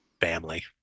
family